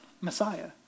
Messiah